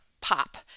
pop